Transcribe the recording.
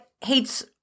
hates